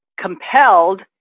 compelled